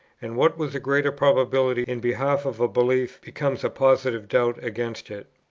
and what was a greater probability in behalf of a belief becomes a positive doubt against it?